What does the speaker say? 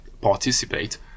participate